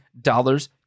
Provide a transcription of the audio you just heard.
dollars